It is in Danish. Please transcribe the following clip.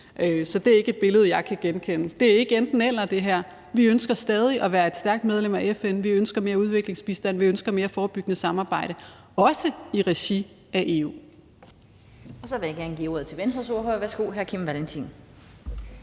Så det er ikke et billede, jeg kan genkende. Det her er ikke et enten-eller. Vi ønsker stadig at være et stærkt medlem af FN, vi ønsker mere udviklingsbistand, og vi ønsker mere forebyggende samarbejde, også i regi af EU.